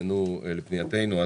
שנענתה לפנייתנו.